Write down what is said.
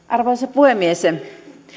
arvoisa puhemies